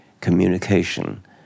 communication